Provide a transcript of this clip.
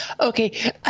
Okay